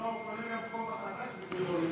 הוא קונה גם כובע חדש, בשביל להוריד.